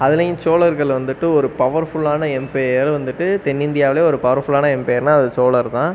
அதுலேயும் சோழர்கள் வந்துவிட்டு ஒரு பவர்ஃபுல்லான எம்ப்பையர் வந்துவிட்டு தென்னிந்தியாவுலேயே ஒரு பவர்ஃபுல்லான எம்ப்பையர்னா அது சோழர் தான்